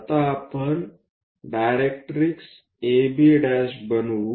आता आपण directrix AB' बनवू